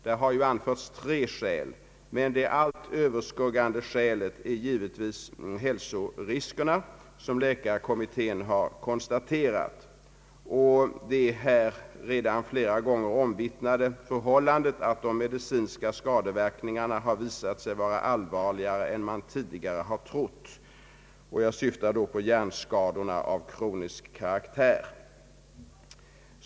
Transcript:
Där har ju anförts tre skäl, men det allt överskuggande skälet är givetvis hälsoriskerna som läkarkommittén har konstaterat och det redan flera gånger omvittnade förhållandet att de medicinska skadeverkningarna har visat sig allvarligare än man tidigare har trott. Jag syftar då på hjärnskadorna av kronisk karaktär.